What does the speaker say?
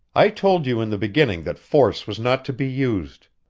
i told you in the beginning that force was not to be used.